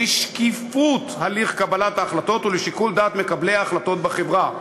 לשקיפות הליך קבלת ההחלטות ולשיקול דעת מקבלי ההחלטות בחברה.